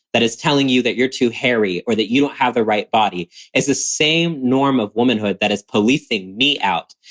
that is telling you that you're too hairy or that you don't have the right body is the same norm of womanhood that is policing me out.